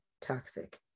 Toxic